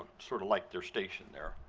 sort of like their station there.